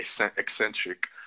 eccentric